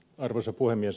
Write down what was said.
arvoisa puhemies